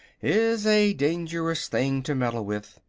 is a dangerous thing to meddle with.